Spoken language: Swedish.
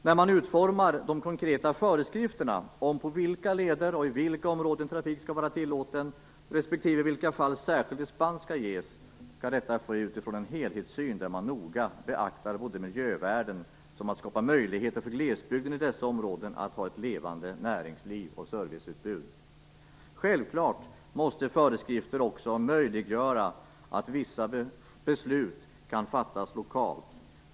När man utformar de konkreta föreskrifterna om på vilka leder och i vilka områden trafik skall vara tillåten respektive i vilka fall särskild dispens skall ges skall detta ske utifrån en helhetssyn där man noga beaktar såväl miljövärden som att skapa möjligheter för glesbygden i dessa områden att ha ett levande näringsliv och serviceutbud. Självfallet måste föreskrifter också möjliggöra att vissa beslut kan fattas lokalt.